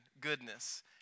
goodness